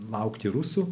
laukti rusų